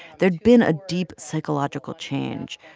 there had been a deep psychological change.